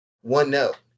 one-note